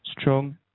strong